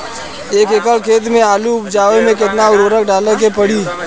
एक एकड़ खेत मे आलू उपजावे मे केतना उर्वरक डाले के पड़ी?